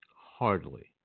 Hardly